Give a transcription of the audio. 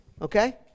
Okay